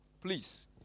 please